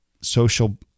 social